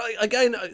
again